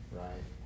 right